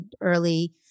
early